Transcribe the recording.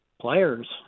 players